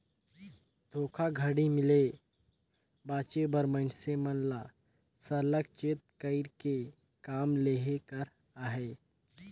धोखाघड़ी ले बाचे बर मइनसे मन ल सरलग चेत कइर के काम लेहे कर अहे